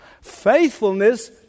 Faithfulness